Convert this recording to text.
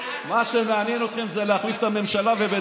מה שמעניין אתכם זה להחליף את הממשלה.